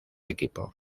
equipo